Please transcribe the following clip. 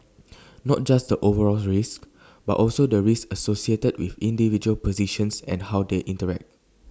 not just the overall risk but also the risk associated with individual positions and how they interact